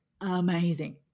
Amazing